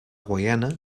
guaiana